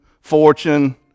fortune